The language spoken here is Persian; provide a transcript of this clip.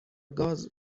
گاز